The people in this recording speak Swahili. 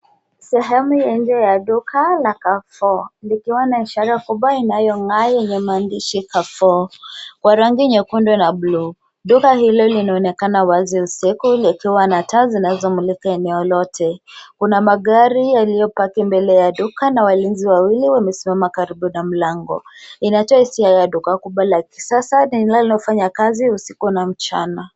Sehemu ya nje la duka la Carrefour likiwa na ishara kubwa inayong'aa yenye maandishi Carrefour kwa rangi nyekundu na bluu. Duka hilo linaonekana wazi usiku likiwa na taa zinazomulika eneo lote. Kuna magari yaliyopaki mbele ya duka na walinzi wawili wamesimama karibu na mlango. Inatoa hisia kubwa ya duka la kisasa linalofanya kazi usiku na mchana.